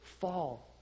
fall